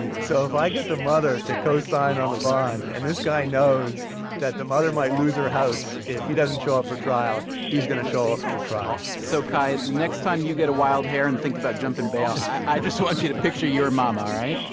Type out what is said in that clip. so if i get the mother to co-sign on a bond, and this guy knows that the mother might lose her house if he doesn't show up for trial, he's going to show up for trial so kai, the next time you get a wild hair and think about jumping bail, i just want you to picture your mama, all right?